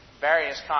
various